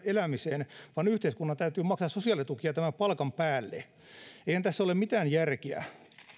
elämiseen vaan yhteiskunnan täytyy maksaa sosiaalitukia tämän palkan päälle eihän tässä ole mitään järkeä